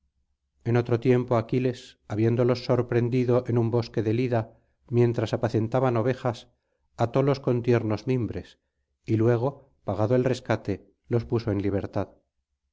en otro tiempo aquiles habiéndolos sorprendido en un bosque del ida mientras apacentaban ovejas atólos con tiernos mimbres y luego pagado el rescate los puso en libertad